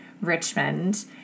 Richmond